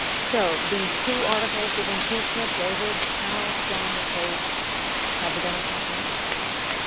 so these two articles of impeachment, david, how strong a case have the democrats made with this?